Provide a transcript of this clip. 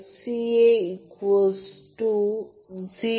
तर ते Ib Zy असेल आणि ते येत आहे प्रथम सारणीबद्ध केले म्हणून ab 0